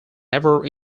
never